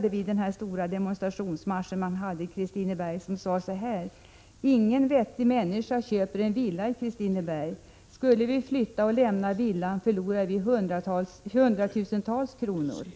med vid den stora demonstrationsmarschen i Kristineberg sade så här: Ingen vettig människa köper en villa i Kristineberg. Skulle vi flytta och lämna villan förlorar vi hundratusentals kronor.